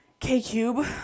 K-Cube